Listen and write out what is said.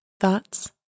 Thoughts